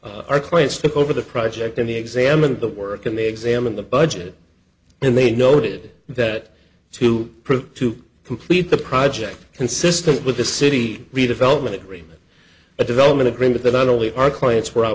our clients took over the project and he examined the work and they examined the budget and they noted that to prove to complete the project consistent with the city redevelopment agreement a development agreement the not only our clients were